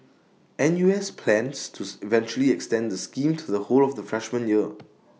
N U S plans to eventually extend the scheme to the whole of the freshman year